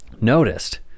noticed